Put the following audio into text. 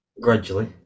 Gradually